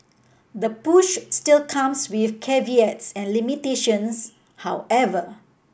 the push still comes with caveats and limitations however